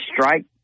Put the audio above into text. strike